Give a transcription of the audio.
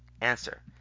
Answer